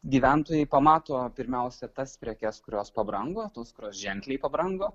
gyventojai pamato pirmiausia tas prekes kurios pabrango tos kurios ženkliai pabrango